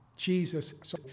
Jesus